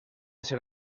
ser